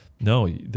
No